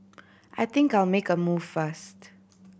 I think I'll make a move first